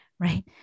Right